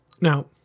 Now